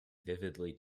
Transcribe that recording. vividly